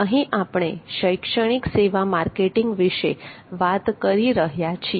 અહીં આપણે શૈક્ષણિક સેવા માર્કેટિંગ વિશે વાત કરી રહ્યા છીએ